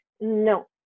no